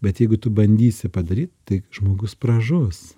bet jeigu tu bandysi padaryt tai žmogus pražus